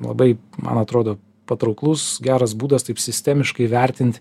labai man atrodo patrauklus geras būdas taip sistemiškai vertint